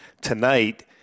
Tonight